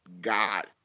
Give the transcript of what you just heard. God